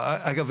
אגב,